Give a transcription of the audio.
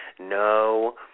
no